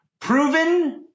Proven